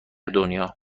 دنیا